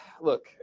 look